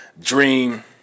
dream